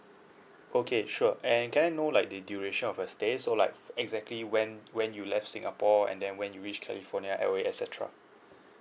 okay sure and can I know like the duration of your stay so like exactly when when you left singapore and then when you reach california L_A et cetera